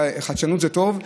חדשנות זה טוב.